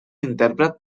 intèrpret